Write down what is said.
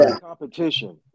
Competition